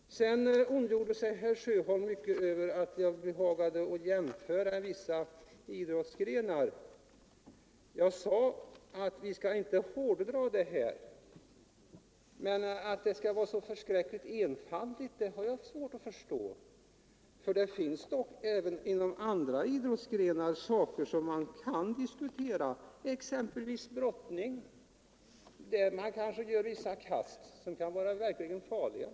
Sedan ondgjorde sig herr Sjöholm mycket över att jag behagade göra Nr 110 en jämförelse med vissa andra idrottsgrenar. Jag sade att vi inte skall hårdra Onsdagen den men jag har svårt att förstå att det uttalandet skulle vara särskilt enfaldigt. 30toktober 1074; Det finns dock även inom andra idrottsgrenar saker som man kan diskutera — exempelvis inom brottning, där brottarna kanske gör kast som kan vara — Förbud mot verkligt farliga.